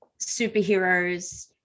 superheroes